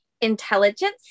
intelligence